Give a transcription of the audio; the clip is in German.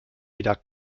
wieder